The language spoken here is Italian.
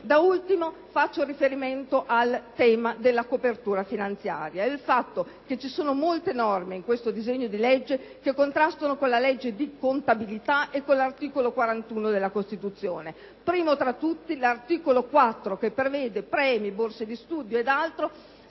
Da ultimo, faccio riferimento al tema della copertura finanziaria e al fatto che vi sono molte norme in questo disegno di legge che contrastano con la legge di contabilità e con l'articolo 81 della Costituzione, primo tra tutti l'articolo 4 che prevede premi, borse di studio ed altro